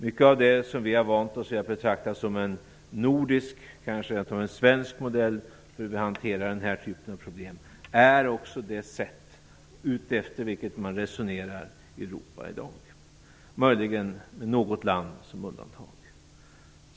Mycket av det som vi vant oss vid att betrakta som en nordisk, kanske rent av svensk, modell för hur vi hanterar den här typen av problem är också det sätt på vilket man resonerar i Europa i dag - möjligen med något land som undantag.